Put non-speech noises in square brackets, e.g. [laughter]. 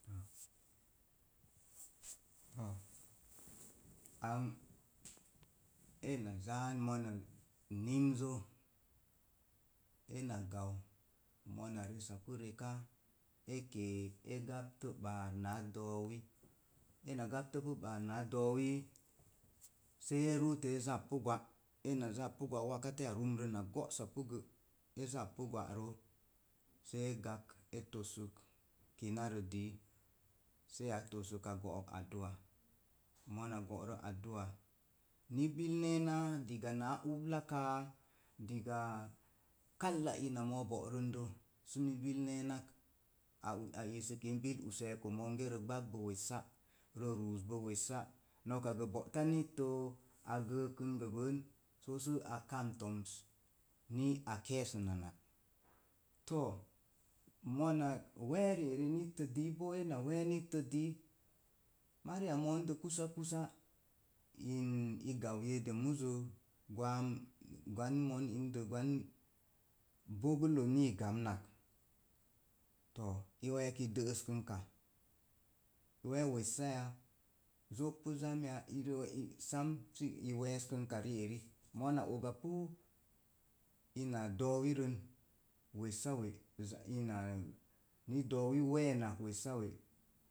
[hesitation] Ang ena zaa mona nimze̱ ena gau mona resa pu reka. e kee e gaptə ɓa̱a̱r náá do̱o̱wi ena gaptəpu ɓa̱a̱r náá do̱o̱wi sə e ruuto e zappu gwá, ena zappu gwa waka teya rumroz na go'sapu gə e zappu gwa'roo sə é gak e tossək kinarə d`í, sə a tosuk a go'ok aduá mona go'ro adu'a ni bil neena diga na̱a̱ ubla káá digaá kala ina be mo a bo'rondo səni bil ne̱e̱nak a isək in bil useeko monge rə gbagbo wessa. rə ruusbo wessa. noka gə bo'ta nittə a gəəkən gəbən soo su a kamen to̱ms ni a ke̱e̱ sənanak to̱o̱ mona we̱e̱ ri eri nittə dii bo ena we̱e̱ nittə dii mariya mondo kusa kusa ln i gan yeede muzo gwaam gwan mon inde gwan, bogulo ni i gamnak to̱o̱ i we̱e̱ i de'eskənka. I we̱e̱ wessay? Zok pu zám ya? [unintelligible] i we̱e̱skənka ri'eri. mona oga pu do̱o̱wirən wessa wen.